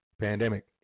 Pandemic